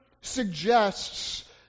suggests